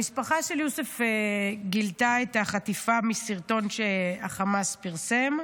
המשפחה של יוסף גילתה על החטיפה מסרטון שחמאס פרסם.